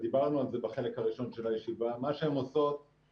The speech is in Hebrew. ודיברנו על זה בחלק הראשון של הישיבה זה חנק,